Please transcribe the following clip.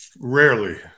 Rarely